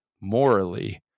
Morally